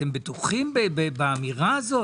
אתם בטוחים באמירה הזאת?